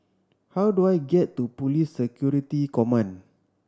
how do I get to Police Security Command